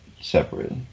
separate